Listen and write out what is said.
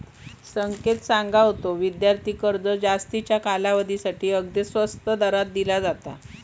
संकेत सांगा होतो, विद्यार्थी कर्ज जास्तीच्या कालावधीसाठी अगदी स्वस्त दरात दिला जाता